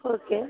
okay